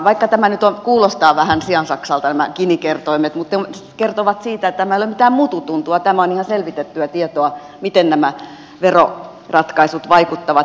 vaikka nämä kuulostavat vähän siansaksalta nämä ginikertoimet ne kertovat siitä että tämä ei ole mitään mutu tuntumaa vaan tämä on ihan selvitettyä tietoa miten nämä veroratkaisut vaikuttavat